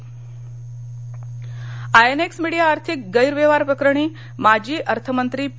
Chidambaram INX media आर्थिक गैरव्यवहार प्रकरणी माजी अर्थमंत्री पी